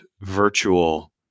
virtual